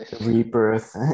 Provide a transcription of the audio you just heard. rebirth